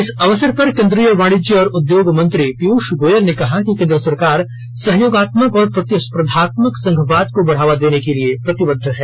इस अवसर पर केन्द्रीय वाणिज्य और उद्योग मंत्री पीयूष गोयल ने कहा कि केंद्र सरकार सहयोगात्मक और प्रतिस्पर्धात्मक संघवाद को बढ़ावा देने के लिए प्रतिबद्ध है